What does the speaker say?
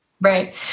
Right